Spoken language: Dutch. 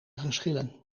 geschillen